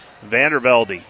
Vandervelde